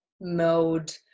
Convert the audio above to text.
mode